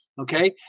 okay